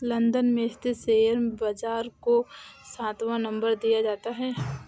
London में स्थित share बाजार को सातवां नम्बर दिया जाता है